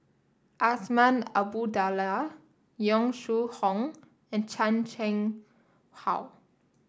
Azman Abdullah Yong Shu Hoong and Chan Chang How